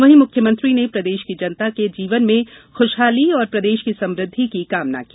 वहीं मुख्यमंत्री ने प्रदेश की जनता के जीवन में खुशहाली और प्रदेश की समुद्धि की कामना की